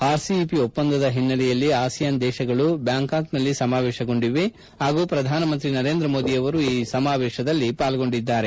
R CEP ಒಪ್ಪಂದದ ಹಿನ್ನೆಲೆಯಲ್ಲಿ ASEAN ದೇಶಗಳು ಬ್ಡಾಂಕಾಕ್ನಲ್ಲಿ ಸಮಾವೇಶಗೊಂಡಿವೆ ಪಾಗೂ ಪ್ರಧಾನಮಂತ್ರಿ ನರೇಂದ್ರ ಮೋದಿಯವರು ಈ ಸಮಾವೇಶದಲ್ಲಿ ಪಾಲ್ಗೊಂಡಿದ್ದಾರೆ